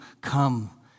come